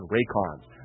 Raycons